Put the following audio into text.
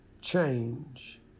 change